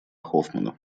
хоффмана